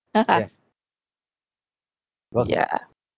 uh ah ya